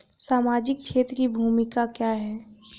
सामाजिक क्षेत्र की भूमिका क्या है?